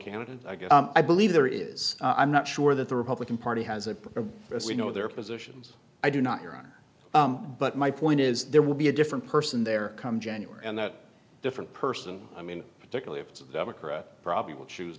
candidate i guess i believe there is i'm not sure that the republican party has a you know their positions i do not run but my point is there will be a different person there come january and that different person i mean particularly if it's a democrat probably will choose